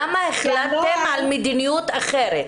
למה החלטתם על מדיניות אחרת?